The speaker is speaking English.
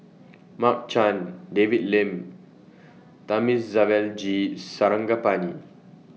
Mark Chan David Lim and Thamizhavel G Sarangapani